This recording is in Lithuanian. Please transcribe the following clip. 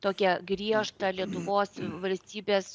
tokią griežtą lietuvos valstybės